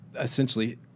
essentially